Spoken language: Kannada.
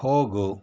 ಹೋಗು